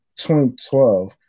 2012